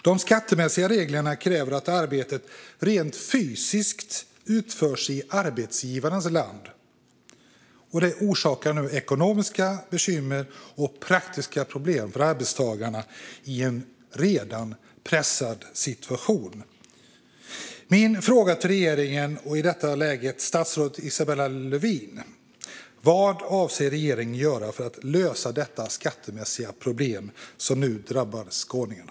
De skattemässiga reglerna kräver att arbetet rent fysiskt utförs i arbetsgivarens land, och det orsakar nu ekonomiska bekymmer och praktiska problem för arbetstagarna i en redan pressad situation. Min fråga till regeringen, i detta läge statsrådet Isabella Lövin, är följande: Vad avser regeringen att göra för att lösa detta skattemässiga problem som nu drabbar skåningarna?